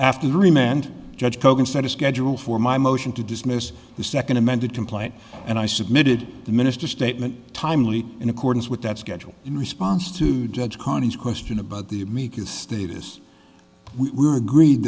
after dream and judge kogan set a schedule for my motion to dismiss the second amended complaint and i submitted the minister's statement timely in accordance with that schedule in response to judge carney's question about the amicus status we're agreed